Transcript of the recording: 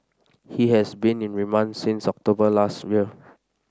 he has been in remand since October last year